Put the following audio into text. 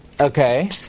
Okay